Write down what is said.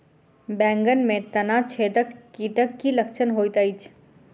बैंगन मे तना छेदक कीटक की लक्षण होइत अछि?